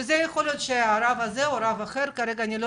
זה יכול להיות רב כזה או אחר אני לא